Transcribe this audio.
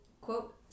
Quote